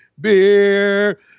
beer